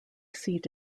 seat